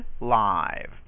live